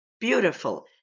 beautiful